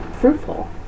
fruitful